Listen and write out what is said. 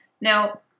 Now